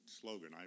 slogan